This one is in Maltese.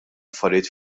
affarijiet